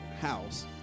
house